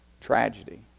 tragedy